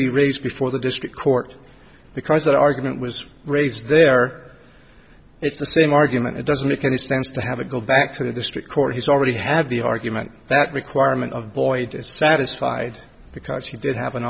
be raised before the district court because that argument was raised there it's the same argument it doesn't make any sense to have it go back to the district court he's already had the argument that requirement of void is satisfied because he did have an